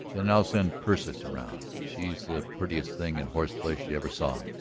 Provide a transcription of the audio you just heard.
then i'll send persis around she's the prettiest thing in horseflesh you ever saw.